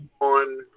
on